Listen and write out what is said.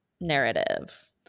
narrative